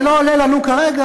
זה לא עולה לנו כרגע.